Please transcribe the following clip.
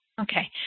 Okay